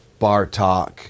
bartok